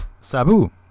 Sabu